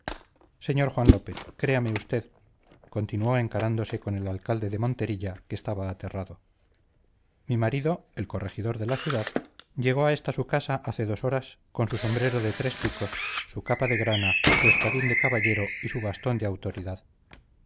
señor juan lópez créame usted continuó encarándose con el alcalde de monterilla que estaba aterrado mi marido el corregidor de la ciudad llegó a esta su casa hace dos horas con su sombrero de tres picos su capa de grana su espadín de caballero y su bastón de autoridad